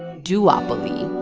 duopoly